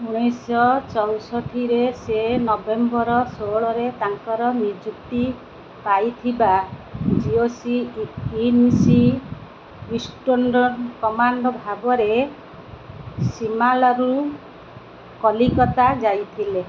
ଉଣେଇଶି ଶହ ଚୋଉଷଠିରେ ସେ ନଭେମ୍ବର୍ ଷୋହଳରେ ତାଙ୍କ ନିଯୁକ୍ତି ପାଇଥିବା GOC in C eastern command ଭାବରେ ଶିମଲାରୁ କଲିକତା ଯାଇଥିଲେ